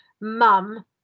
mum